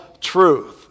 truth